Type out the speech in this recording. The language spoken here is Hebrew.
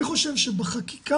אני חושב שבחקיקה